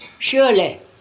Surely